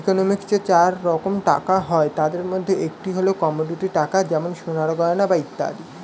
ইকোনমিক্সে চার রকম টাকা হয়, তাদের মধ্যে একটি হল কমোডিটি টাকা যেমন সোনার গয়না বা ইত্যাদি